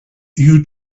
you